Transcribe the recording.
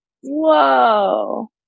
Whoa